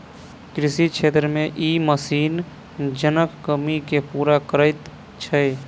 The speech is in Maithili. कृषि क्षेत्र मे ई मशीन जनक कमी के पूरा करैत छै